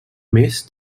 més